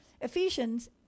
Ephesians